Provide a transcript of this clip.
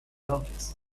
office